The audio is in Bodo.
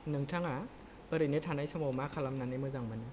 नोंथाङा ओरैनो थानाय समाव मा खालामनानै मोजां मोनो